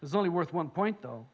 that was only worth one point though